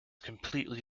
completely